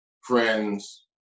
Friends